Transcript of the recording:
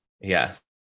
Yes